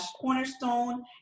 Cornerstone